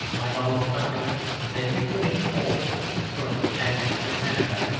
like all his countrymen, that he could impose a sort of pax germanica,